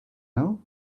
all